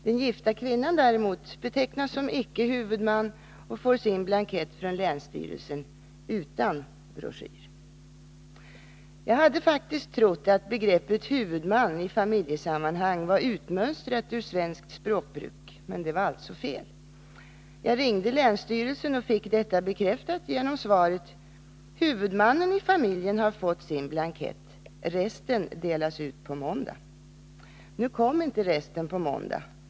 Den gifta kvinnan däremot betecknas som icke huvudman och får sin blankett från länsstyrelsen, utan broschyr. Jag hade faktiskt trott att begreppet ”huvudman” i familjesammanhang var utmönstrat ur svenskt språkbruk. Men det var alltså fel. Jag ringde länsstyrelsen och fick detta bekräftat genom svaret: ”Huvudmannen i familjen har fått sin blankett. Resten delas ut på måndag.” Nu kom inte resten på måndagen.